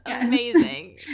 amazing